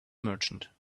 merchant